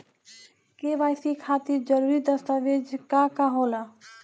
KYC खातिर जरूरी दस्तावेज का का होला?